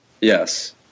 yes